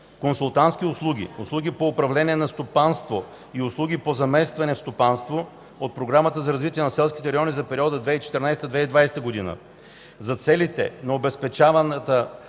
„Консултантски услуги, услуги по управление на стопанство и услуги по заместване в стопанство” от Програмата за развитие на селските райони за периода 2014 – 2020 г. За целите на обезпечаваната